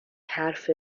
حرف